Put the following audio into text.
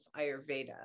Ayurveda